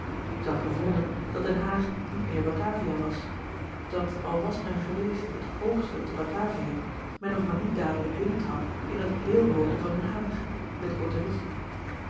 had gevonden dat den haag niet meer batavia was dat al was men geweest het hoogste te batavia men nog maar niet dadelijk binnentrad in dat heel hooge van den haag